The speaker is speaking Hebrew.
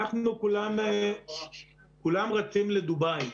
כולם רצים לדובאי,